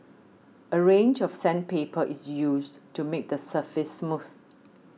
a range of sandpaper is used to make the surface smooth